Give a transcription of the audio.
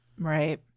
right